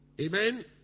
Amen